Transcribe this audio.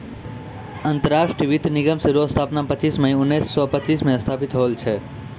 अंतरराष्ट्रीय वित्त निगम रो स्थापना पच्चीस मई उनैस सो पच्चीस मे स्थापित होल छै